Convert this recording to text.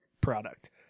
product